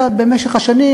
אלא במשך השנים,